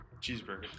Cheeseburger